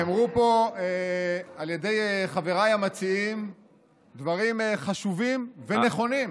נאמרו פה על ידי חבריי המציעים דברים חשובים ונכונים.